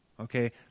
Okay